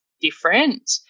different